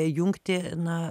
jungti na